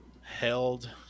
held